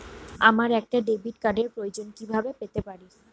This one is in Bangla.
আমার একটা ডেবিট কার্ডের প্রয়োজন কিভাবে পেতে পারি?